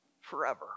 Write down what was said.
forever